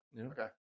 Okay